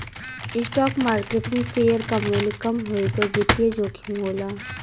stock market में share क मूल्य कम होये पर वित्तीय जोखिम होला